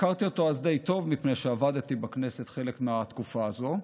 הכרתי אותו אז די טוב מפני שעבדתי בכנסת חלק מהתקופה הזו,